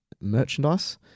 merchandise